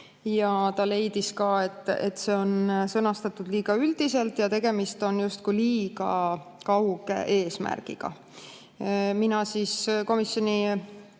Ta leidis ka, et see on sõnastatud liiga üldiselt ja tegemist on justkui liiga kauge eesmärgiga. Mina komisjoni